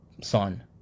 son